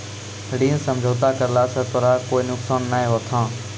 ऋण समझौता करला स तोराह कोय नुकसान नाय होथा